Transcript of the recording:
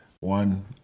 one